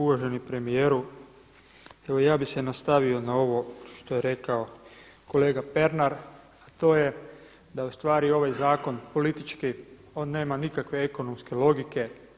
Uvaženi premijeru, evo ja bih se nastavio na ovo što je rekao kolega Pernar a to je da je u stvari ovaj zakon politički, on nema nikakve ekonomske logike.